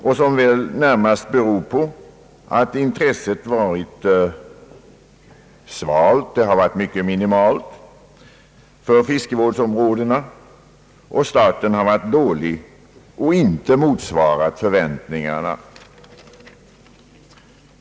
Det beror närmast på att intresset för fiskevårdsområdena varit minimalt och starten varit dålig och inte motsvarat förväntningarna.